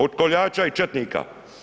Od koljača i četnika.